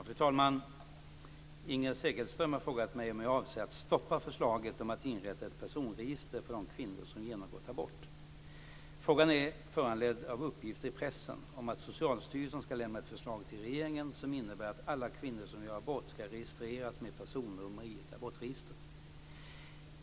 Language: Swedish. Fru talman! Inger Segelström har frågat mig om jag avser att stoppa förslaget om att inrätta ett personregister för de kvinnor som genomgått abort. Frågan är föranledd av uppgifter i pressen om att Socialstyrelsen ska lämna ett förslag till regeringen som innebär att alla kvinnor som gör abort ska registreras med personnummer i ett abortregister.